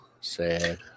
Sad